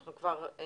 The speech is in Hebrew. כבר.